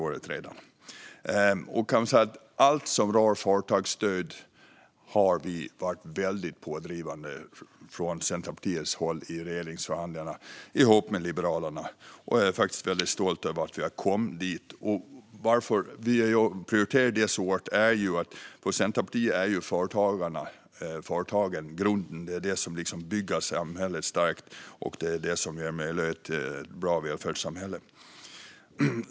Från Centerpartiet har vi tillsammans med Liberalerna varit väldigt pådrivande i regeringsförhandlingarna när det gäller allt som rör företagsstöd. Jag är faktiskt väldigt stolt över att vi har kommit dit. Att vi i Centerpartiet prioriterar detta så hårt är för att vi anser att företagen är grunden och det som bygger samhället starkt och ger ett bra välfärdssamhälle.